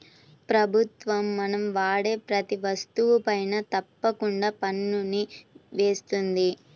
ప్రభుత్వం మనం వాడే ప్రతీ వస్తువుపైనా తప్పకుండా పన్నుని వేస్తుంది